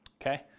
Okay